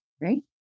right